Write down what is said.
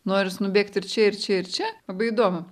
norisi nubėgt ir čia ir čia ir čia labai įdomu